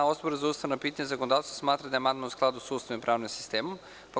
Odbor za ustavna pitanja i zakonodavstvo smatra da je amandman u skladu sa Ustavom i pravnim sistemom.